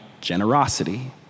generosity